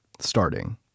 starting